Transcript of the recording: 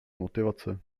motivace